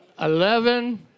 eleven